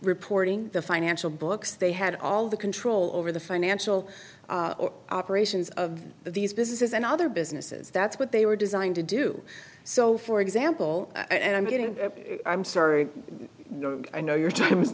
reporting the financial books they had all the control over the financial operations of these businesses and other businesses that's what they were designed to do so for example i'm getting i'm sorry i know your time is